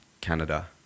Canada